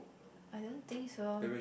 I don't think so